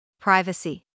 privacy